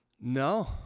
no